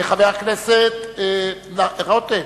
חבר הכנסת רותם,